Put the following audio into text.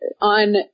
on